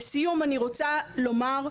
לסיום אני רוצה לומר,